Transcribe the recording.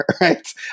right